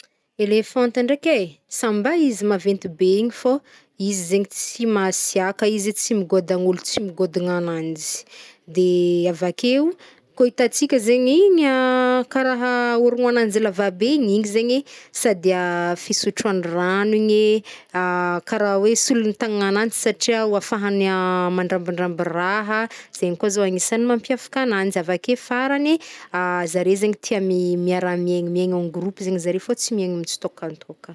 Elefanta ndraiky e! Sambà izy maventy be iny fô izy zegny tsy masiàka, izy tsy mingodagna olo, tsy mingodagna nananjy avakeo kô hitantsika zegny karaha oroananjy lava be igny zegny sady fisotroany rano igny kara hoe solon-tagnananjy satria oafahany mandrambiramby raha, zegny koa zao anisany mampiavaka agnanjy, avake farany, zare zegny tia mi- miara miena- miena en groupe zegny zare fô tsy miena mitsitôkatôkagna.